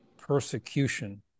persecution